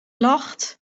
lacht